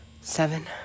Seven